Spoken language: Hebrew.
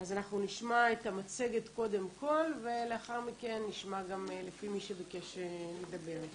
אז אנחנו נשמע את המצגת קודם כל ולאחר מכן נשמע גם לפי מי שביקש לדבר.